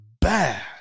bad